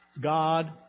God